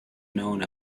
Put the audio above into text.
known